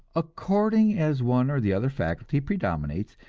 according as one or the other faculty predominates,